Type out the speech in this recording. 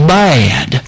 bad